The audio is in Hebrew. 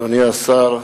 אדוני השר,